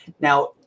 Now